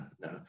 no